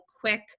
quick